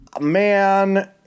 Man